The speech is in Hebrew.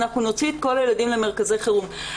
אנחנו נוציא את כל הילדים למרכזי חירום.